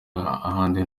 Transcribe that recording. ahandi